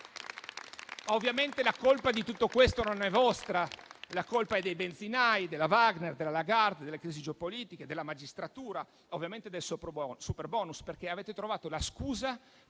Ovviamente, la colpa di tutto questo non è vostra, la colpa è dei benzinai, della Wagner, della Lagarde, delle crisi geopolitiche, della magistratura, e ovviamente del superbonus, perché avete trovato la scusa